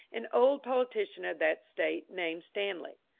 an old politician of that state named stanley.